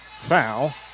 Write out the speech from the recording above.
foul